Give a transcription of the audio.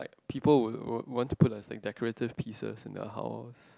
people would would would want to put a decorative pieces in their house